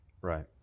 Right